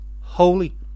holy